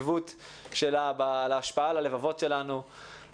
ועל החיבור בין הזהויות השונות בחברה הישראלית,